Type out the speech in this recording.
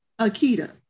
Akita